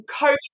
COVID